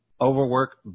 overwork